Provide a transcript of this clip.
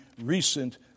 recent